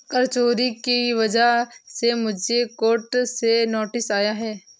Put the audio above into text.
कर चोरी की वजह से मुझे कोर्ट से नोटिस आया है